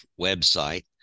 website